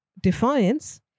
defiance